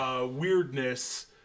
weirdness